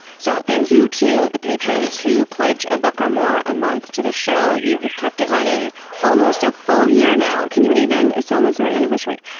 so thank you to the patrons who pledge a buck or more a month to the show. you have kept it running almost a full year now! can you even! it's almost our anniversary!